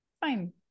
fine